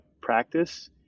practice